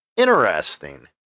Interesting